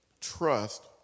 trust